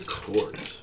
court